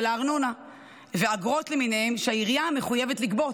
הארנונה והאגרות למיניהן שהעירייה מחויבת לגבות,